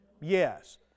Yes